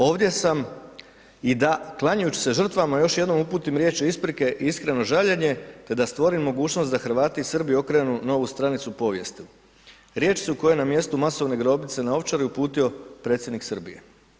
Ovdje sam i da, klanjajući se žrtvama još jednom uputim riječi isprike i iskreno žaljenje te da stvorim mogućnost da Hrvati i Srbi okrenu novu stranicu povijesti, riječi su koje je na mjestu masovne grobnice na Ovčari uputio predsjednik Srbije.